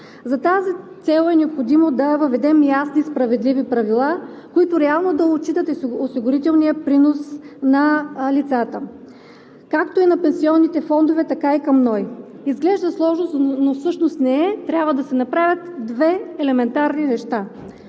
За тази цел е необходимо да въведем ясни и справедливи правила, които реално да отчитат осигурителния принос на лицата, както и на пенсионните фондове, така и към НОИ. Изглежда сложно, но всъщност не е, трябва да се направят две елементарни неща.